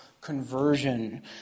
conversion